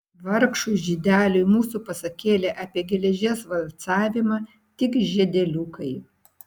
vargšui žydeliui mūsų pasakėlė apie geležies valcavimą tik žiedeliukai